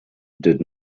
did